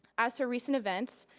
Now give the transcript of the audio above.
as for recent events,